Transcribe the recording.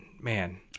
man